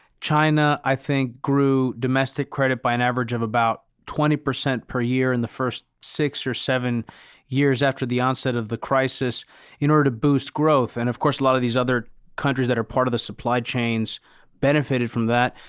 china, i think, grew domestic credit by an average of about twenty percent per year in the first six or seven years after the onset of the crisis in order to boost growth. and of course, a lot of these other countries that are part of the supply chains benefited from that.